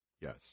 Yes